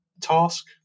task